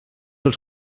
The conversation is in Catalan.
els